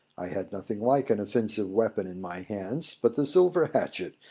i had nothing like an offensive weapon in my hands but the silver hatchet,